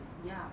ya